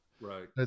Right